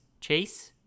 Chase